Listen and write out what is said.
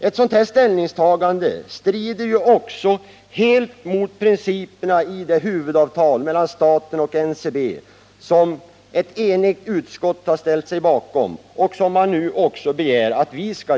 Ett sådant ställningstagande strider också helt mot principerna i det huvudavtal mellan staten och NCB som ett enigt utskott har ställt sig bakom och nu begär att även riksdagen skall ställa sig bakom.